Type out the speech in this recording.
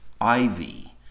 Ivy